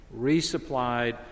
resupplied